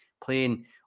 playing